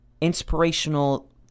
inspirational